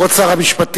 כבוד שר המשפטים,